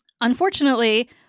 Unfortunately